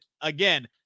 again